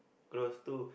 close two